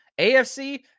AFC